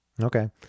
Okay